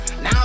Now